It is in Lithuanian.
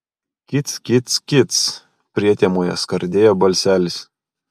kic kic kic prietemoje skardėjo balselis